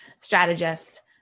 strategist